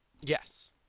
Yes